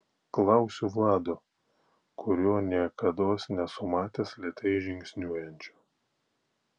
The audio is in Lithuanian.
klausiu vlado kurio niekados nesu matęs lėtai žingsniuojančio